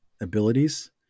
abilities